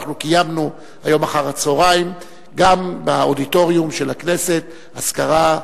אנחנו קיימנו היום אחר-הצהריים גם באודיטוריום של הכנסת אזכרה,